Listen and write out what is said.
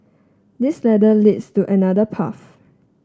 this ladder leads to another path